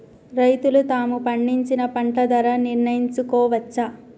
రైతులు తాము పండించిన పంట ధర నిర్ణయించుకోవచ్చా?